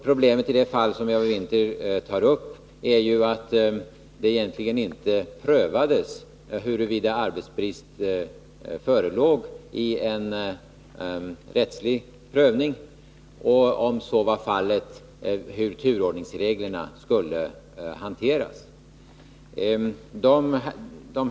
Problemet i det fall som Eva Winther tar upp är att det egentligen inte rättsligt har prövats huruvida arbetsbrist förelåg och, om så hade varit fallet, hur turordningsreglerna skulle hanteras.